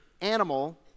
animal